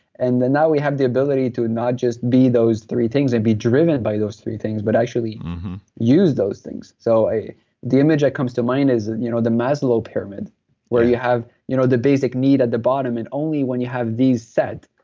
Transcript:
and now we have the ability to not just be those three things and be driven by those three things but actually use those things. so the image that comes to mind is and you know the maslow pyramid where you have you know the basic need at the bottom, and only when you have these set,